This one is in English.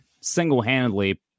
Single-handedly